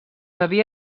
havia